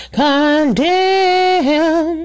condemn